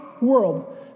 world